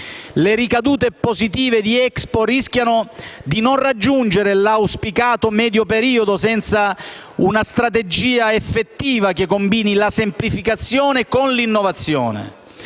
Le ricadute positive di Expo rischiano di non raggiungere l'auspicato medio periodo senza una strategia effettiva che combini la semplificazione con l'innovazione,